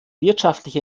wirtschaftliche